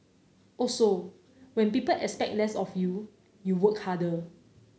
also when people expect less of you you work harder